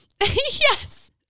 yes